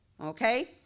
Okay